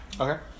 Okay